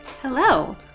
Hello